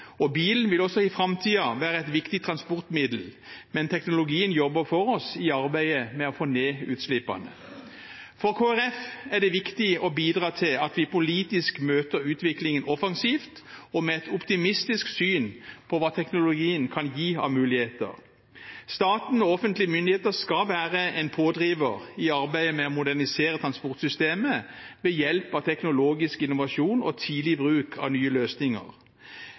Bilen vil også i framtiden være et viktig transportmiddel, men teknologien jobber for oss i arbeidet med å få ned utslippene. For Kristelig Folkeparti er det viktig å bidra til at vi politisk møter utviklingen offensivt og med et optimistisk syn på hva teknologien kan gi av muligheter. Staten og offentlige myndigheter skal være en pådriver i arbeidet med å modernisere transportsystemet ved hjelp av teknologisk innovasjon og tidlig bruk av nye løsninger.